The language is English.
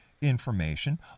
information